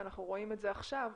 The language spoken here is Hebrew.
ואנחנו רואים את זה עכשיו,